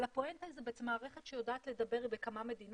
אבל הפואנטה היא שזאת מערכת שיודעת לדבר בכמה מדינות.